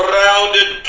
rounded